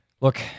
look